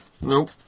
Nope